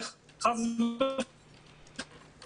שעדיין תעשיית התרבות לא חזרה לעבודה ולא חזרה לפעילות שלה.